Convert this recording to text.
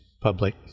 public